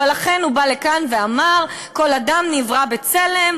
אבל אכן הוא בא לכאן ואמר: כל אדם נברא בצלם,